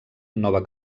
nova